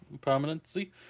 permanency